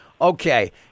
Okay